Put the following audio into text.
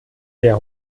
der